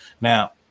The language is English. Now